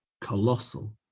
colossal